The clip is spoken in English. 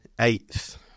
eighth